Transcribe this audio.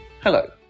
Hello